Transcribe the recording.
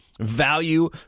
value